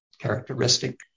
characteristic